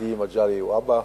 ידידי מגלי והבה,